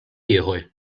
ieħor